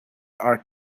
are